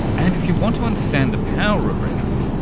and if you want to understand the power of rhetoric,